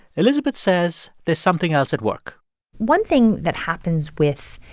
elizabeth says there's something else at work one thing that happens with,